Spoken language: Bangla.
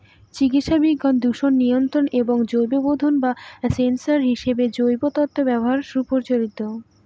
চিকিৎসাবিজ্ঞান, দূষণ নিয়ন্ত্রণ এবং জৈববোধক বা সেন্সর হিসেবে জৈব তন্তুর ব্যবহার সুপ্রচলিত